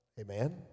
Amen